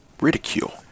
Ridicule